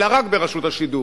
אלא רק ברשות השידור,